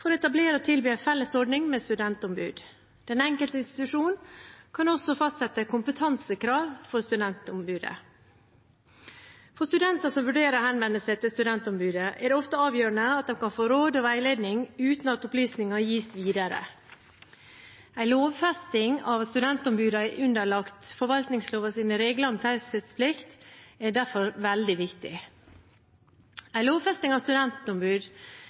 for å etablere og tilby en felles ordning med studentombud. Den enkelte institusjon kan også fastsette kompetansekrav for studentombudet. For studenter som vurderer å henvende seg til studentombudet, er det ofte avgjørende at de kan få råd og veiledning uten at opplysninger gis videre. At en lovfesting av studentombud er underlagt forvaltningslovens regler om taushetsplikt, er derfor veldig viktig. En lovfesting av studentombud